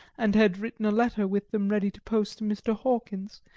and had written a letter with them ready to post to mr. hawkins,